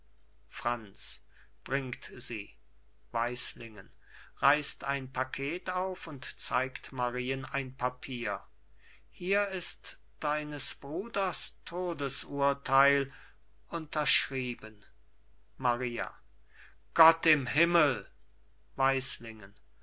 reißt ein paket auf und zeigt marien ein papier hier ist deines bruders todesurteil unterschrieben maria gott im himmel